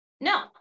no